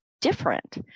different